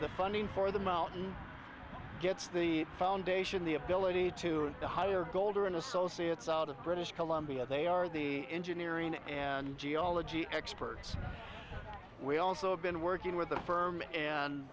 the funding for the mountain gets the foundation the ability to hire boulder and associates out of british columbia they are the engineering and geology experts we also have been working with the firm